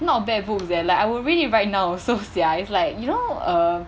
not bad books leh like I would read it right now also sia it's like you know err